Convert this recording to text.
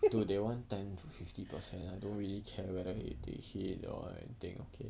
dude they want ten to fifty percent I don't really care whether they hear it and think okay